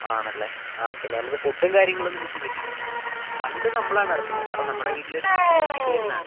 ആണല്ലേ ആ പിന്നെ നമുക്ക് ഫുഡ്ഡും കാര്യങ്ങൾ ഒന്നും വിഷയം വരുന്നില്ല ഫണ്ട് നമ്മൾ ആണ് ഇറക്കുന്നത് കാരണം നമ്മുടെ വീട്ടിലെ ഒരു ഫങ്ക്ഷന് വേണ്ടീട്ട് വരുന്നതാണ്